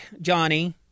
Johnny